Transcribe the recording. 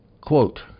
Quote